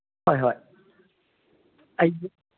ꯍꯣꯏ ꯍꯣꯏ ꯑꯩ